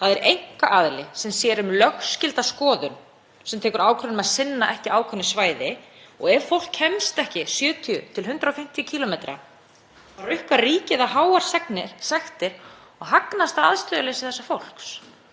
rukkar ríkið það um háar sektir og hagnast á aðstöðuleysi þessa fólks. Allt af því að þetta á að vera gert á markaðslegum forsendum. Hér er oft um að ræða bíla sem aldrei myndu annars nýta þjóðvegina af því að fólk á kannski ekki erindi svona langt